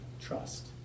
trust